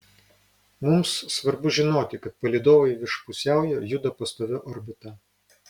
mums svarbu žinoti kad palydovai virš pusiaujo juda pastovia orbita